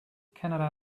canada